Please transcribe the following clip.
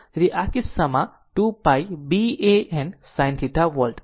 તેથી આ કિસ્સામાં આ છે 2 π B A N sin θ volt